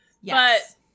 Yes